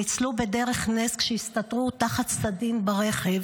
ניצלו בדרך נס כשהסתתרו תחת סדין ברכב,